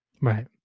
Right